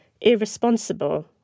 irresponsible